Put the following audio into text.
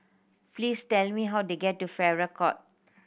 please tell me how to get to Farrer Court